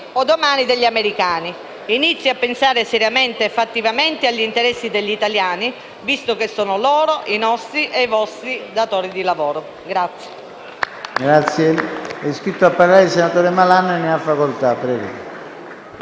o domani degli americani. Inizi a pensare seriamente e fattivamente agli interessi degli italiani, visto che sono loro i nostri e i vostri datori di lavoro.